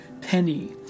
Penny